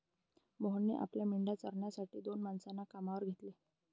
मोहनने आपल्या मेंढ्या चारण्यासाठी दोन माणसांना कामावर घेतले